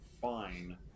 fine